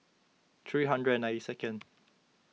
three hundred and ninety second